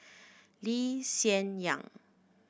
Lee Hsien Yang